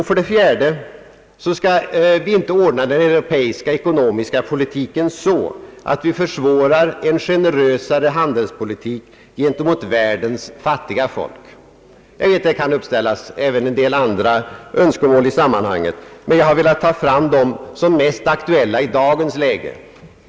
För det fjärde skall vi inte ordna den europeiska ekonomiska politiken så att vi försvårar en generösare handelspolitik gentemot världens fattiga folk. Jag vet att även en del andra önskemål kan uppställas i sammanhanget, men jag har velat peka på dem som är mest aktuella i dagens läge.